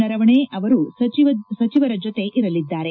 ನರವಣೆ ಅವರು ಸಚಿವರ ಜತೆ ಇರಲಿದ್ದಾರೆ